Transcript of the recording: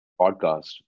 podcast